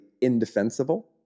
indefensible